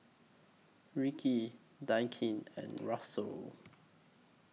Rikki and Russel